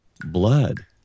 blood